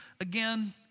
again